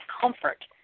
comfort